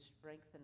strengthen